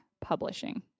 publishing